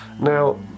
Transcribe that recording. Now